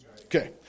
Okay